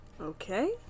Okay